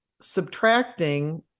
subtracting